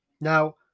Now